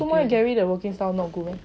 做么 eh gary 的 working style not okay meh